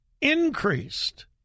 increased